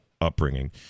upbringing